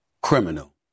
criminal